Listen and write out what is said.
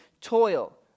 toil